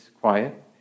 quiet